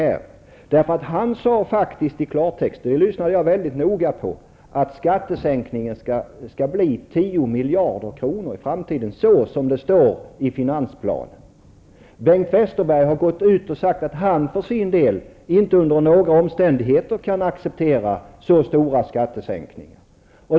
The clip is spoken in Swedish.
Han sade nämligen i klartext -- jag lyssnade mycket noga -- att skattesänkningen i framtiden skall bli 10 miljarder kronor, så som det står i finansplanen. Bengt Westerberg har gått ut och sagt att han för sin del inte under några omständigheter kan acceptera så stora skattesänkningar.